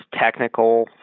technical